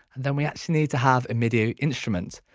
then we actually need to have a midi ah instrument.